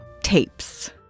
tapes